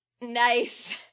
Nice